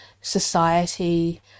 society